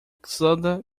calçada